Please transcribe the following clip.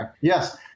Yes